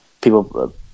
people